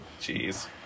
Jeez